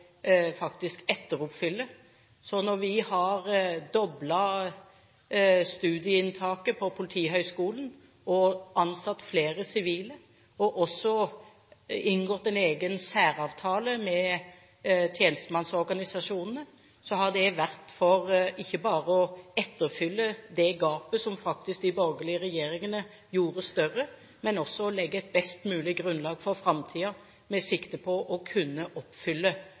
ansatt flere sivile, og også inngått en egen særavtale med tjenestemannsorganisasjonene, så har det ikke bare vært for å etterfylle det gapet som de borgerlige regjeringene faktisk gjorde større, men også for å legge et best mulig grunnlag for framtiden med sikte på å kunne oppfylle